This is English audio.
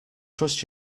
trust